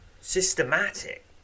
systematic